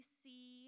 see